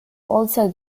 also